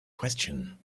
question